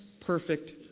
perfect